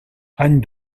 any